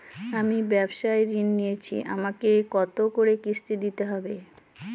আমি ব্যবসার ঋণ নিয়েছি আমাকে কত করে কিস্তি দিতে হবে?